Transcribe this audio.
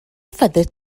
fyddet